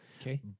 okay